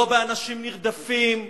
לא באנשים נרדפים ולא,